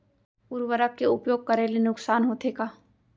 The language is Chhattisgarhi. उर्वरक के उपयोग करे ले नुकसान होथे का?